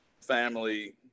family